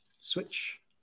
Switch